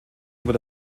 über